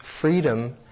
freedom